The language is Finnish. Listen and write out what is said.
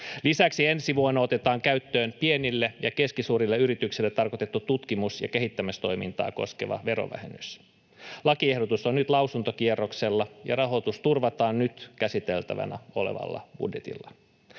Lisäksi ensi vuonna otetaan käyttöön pienille ja keskisuurille yrityksille tarkoitettu tutkimus- ja kehittämistoimintaa koskeva verovähennys. Lakiehdotus on nyt lausuntokierroksella, ja rahoitus turvataan nyt käsiteltävänä olevalla budjetilla.